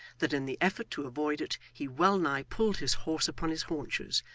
that in the effort to avoid it he well-nigh pulled his horse upon his haunches,